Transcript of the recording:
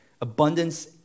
abundance